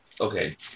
okay